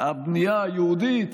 הבנייה היהודית,